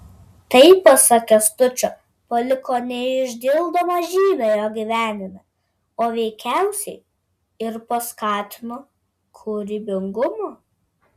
tai pasak kęstučio paliko neišdildomą žymę jo gyvenime o veikiausiai ir paskatino kūrybingumą